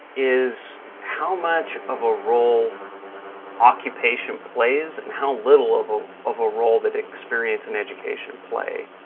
is how much of a role occupation plays and how little of ah of a role that experience and education play.